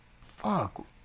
fuck